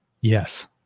Yes